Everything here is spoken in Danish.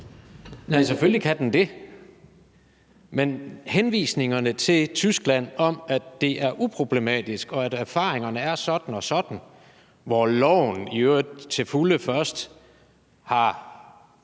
Nej, selvfølgelig kan den det. Men at henvise til Tyskland om, at det er uproblematisk, og at erfaringerne er sådan og sådan, hvor loven i øvrigt til fulde først har